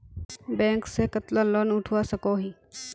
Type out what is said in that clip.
Bank से कतला loan उठवा सकोही?